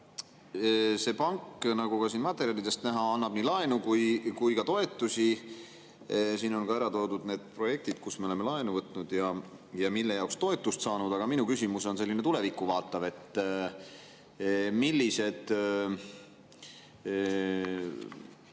See pank, nagu ka siin materjalidest näha, annab nii laenu kui ka toetusi. Siin on ära toodud need projektid, kus me oleme laenu võtnud ja mille jaoks toetust saanud. Aga minu küsimus on selline tulevikku vaatav: millised